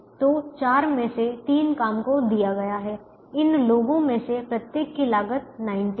तो 4 में से 3 काम को दिया गया है इन लोगों में से प्रत्येक की लागत 90 है